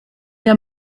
der